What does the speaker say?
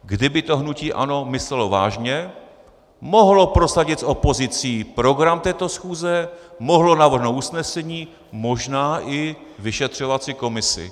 Kdyby to hnutí ANO myslelo vážně, mohlo prosadit s opozicí program této schůze, mohlo navrhnout usnesení, možná i vyšetřovací komisi.